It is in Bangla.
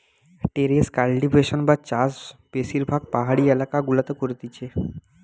টেরেস কাল্টিভেশন বা চাষ বেশিরভাগ পাহাড়ি এলাকা গুলাতে করতিছে